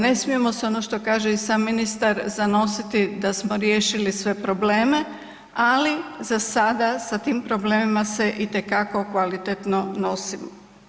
Ne smijemo se, ono što kaže i sam ministar, zanositi da smo riješili sve probleme, ali za sada sa tim problemima se itekako kvalitetno nosimo.